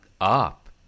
up